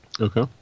Okay